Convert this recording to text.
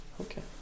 Okay